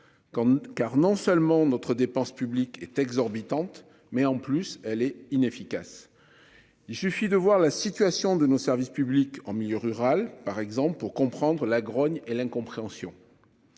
car non seulement notre dépense publique est exorbitante. Mais en plus elle est inefficace. Il suffit de voir la situation de nos services publics en milieu rural, par exemple pour comprendre la grogne et l'incompréhension.